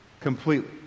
completely